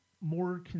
more